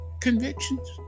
convictions